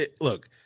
look